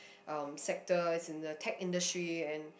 um sectors in a tech industry and